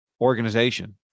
organization